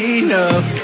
enough